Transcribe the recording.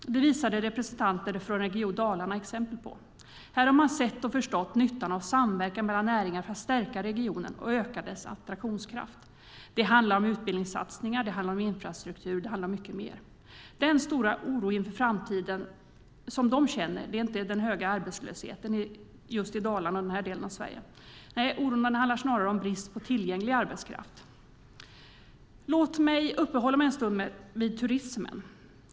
Detta visade representanter från Region Dalarna exempel på. Här har man sett och förstått nyttan av samverkan mellan näringar för att stärka regionen och öka dess attraktionskraft. Det handlar om utbildningssatsningar, infrastruktur och mycket mer. Den stora oro som de känner inför framtiden handlar inte om den höga arbetslösheten just i Dalarna och den här delen av Sverige. Nej, oron handlar snarare om brist på tillgänglig arbetskraft. Låt mig uppehålla mig en stund vid turismen.